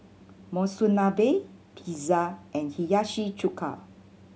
Monsunabe Pizza and Hiyashi Chuka